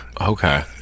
Okay